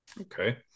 Okay